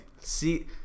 See